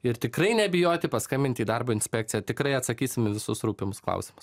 ir tikrai nebijoti paskambinti į darbo inspekciją tikrai atsakysim į visus rūpimus klausimus